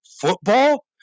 football